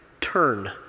turn